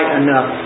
enough